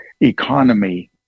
economy